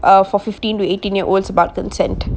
uh for fifteen to eighteen year olds about consent